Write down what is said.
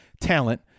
talent